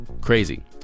crazy